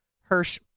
Hirsch